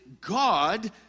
God